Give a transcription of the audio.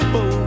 Boo